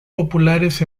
populares